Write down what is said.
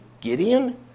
Gideon